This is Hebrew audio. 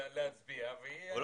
בבקשה.